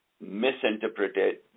misinterpreted